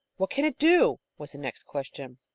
what can it do? was the next question.